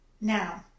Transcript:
Now